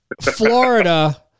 Florida